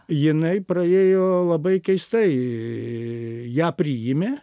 jinai praėjo labai keistai ją priėmė